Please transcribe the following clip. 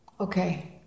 Okay